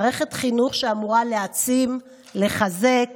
מערכת חינוך שאמורה להעצים, לחזק